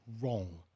wrong